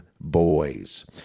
boys